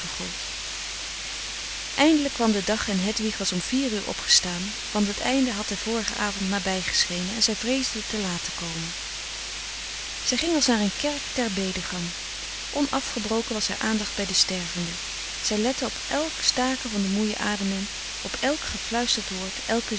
eindelijk kwam de dag en hedwig was om vier uur opgestaan want het einde had den vorigen avond nabij geschenen en zij vreesde te laat te komen zij ging frederik van eeden van de koele meren des doods als naar een kerk ter bedegang onafgebroken was haar aandacht bij de stervende zij lette op elk staken van de moeie ademing op elk gefluisterd woord elke